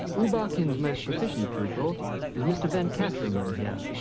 u ba khin's most proficient pupil is mr. venkataraman here.